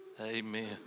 Amen